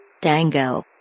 Dango